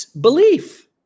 belief